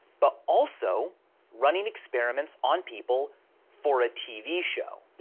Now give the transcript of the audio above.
but also running experiments on people for a tv show.